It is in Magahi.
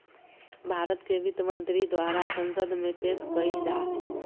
भारत के वित्त मंत्री द्वारा संसद में पेश कइल जा हइ